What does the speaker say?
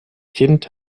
kind